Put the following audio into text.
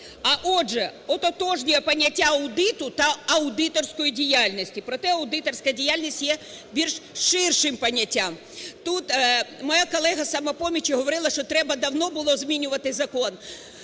а, отже, ототожнює поняття аудиту та аудиторської діяльності. Проте аудиторська діяльність є більш ширшим поняттям. Тут моя колега з "Самопомочі" говорила, що треба давно було змінювати закон.